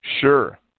sure